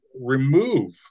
remove